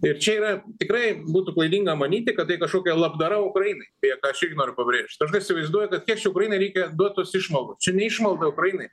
ir čia yra tikrai būtų klaidinga manyti kad tai kažkokia labdara ukrainai tiek aš irgi noriu pabrėžt dažnai įsivaizduoja kad kiek čia ukrainai reikia duot tos išmaldos čia ne išmalda ukrainai